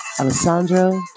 Alessandro